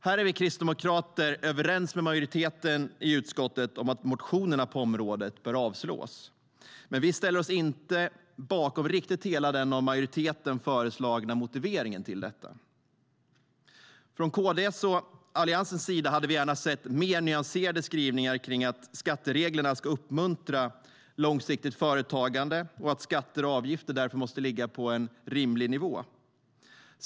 Här är vi kristdemokrater överens med majoriteten i utskottet om att motionerna på området bör avslås, men vi ställer oss inte bakom riktigt hela den av majoriteten föreslagna motiveringen till detta. Från KD:s och Alliansens sida hade vi gärna sett mer nyanserade skrivningar om att skattereglerna ska uppmuntra långsiktigt företagande och att skatter och avgifter därför måste ligga på en rimlig nivå.